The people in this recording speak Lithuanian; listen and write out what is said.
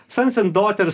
sons and daughters